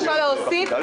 להוסיף,